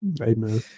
Amen